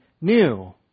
new